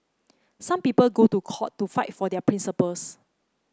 some people go to court to fight for their principles